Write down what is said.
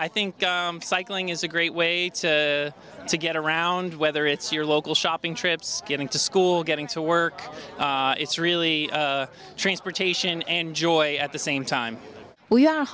i think cycling is a great way to get around whether it's your local shopping trips getting to school getting to work it's really transportation and joy at the same time we